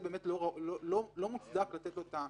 האינטרס של משרד המשפטים הוא לא לתת.